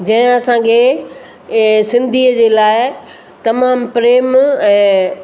जंहिं असां खे सिंधीअ जे लाइ तमामु प्रेम ऐं